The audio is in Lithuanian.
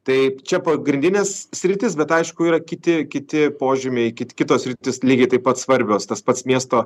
taip čia pagrindinės sritys bet aišku yra kiti kiti požymiai kit kitos sritys lygiai taip pat svarbios tas pats miesto